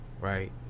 Right